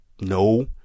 no